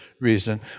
reason